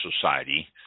Society